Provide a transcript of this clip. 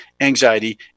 anxiety